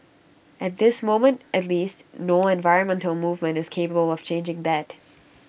at this moment at least no environmental movement is capable of changing that